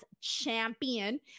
champion